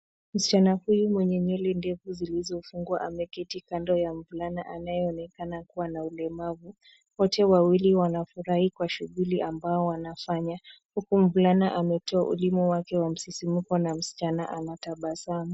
Msichana huyu mwenye nywele ndefu zilizofungwa ameketi kando ya mvulana anayeonekana kuwa na ulemavu. Wote wawili wanafurahi kwa shughuli ambao wanafanya, huku mvulana ametoa ulimi wake wa msisimko na msichana anatabasamu.